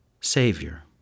savior